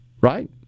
right